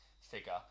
figure